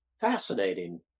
fascinating